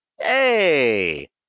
Hey